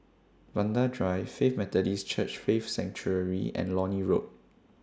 Vanda Drive Faith Methodist Church Faith Sanctuary and Lornie Road